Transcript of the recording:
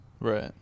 Right